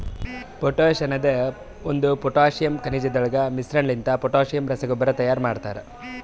potash ಅನದ್ ಒಂದು potassium ಖನಿಜಗೊಳದಾಗ್ ಮಿಶ್ರಣಲಿಂತ ಪೊಟ್ಯಾಸಿಯಮ್ ರಸಗೊಬ್ಬರ ತೈಯಾರ್ ಮಾಡ್ತರ